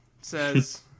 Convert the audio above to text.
says